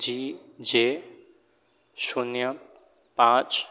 જી J શૂન્ય પાંચ